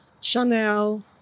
Chanel